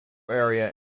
area